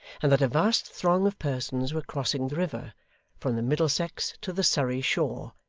and that a vast throng of persons were crossing the river from the middlesex to the surrey shore,